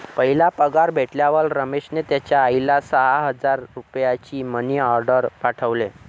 पहिला पगार भेटल्यावर रमेशने त्याचा आईला सहा हजार रुपयांचा मनी ओर्डेर पाठवले